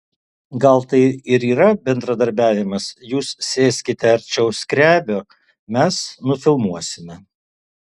gal tai ir yra bendradarbiavimas jūs sėskite arčiau skrebio mes nufilmuosime